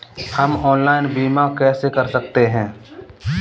हम ऑनलाइन बीमा कैसे कर सकते हैं?